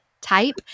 type